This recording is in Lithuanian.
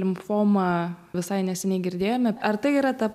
limfomą visai neseniai girdėjome ar tai yra ta